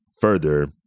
Further